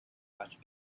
much